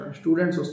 students